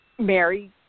Mary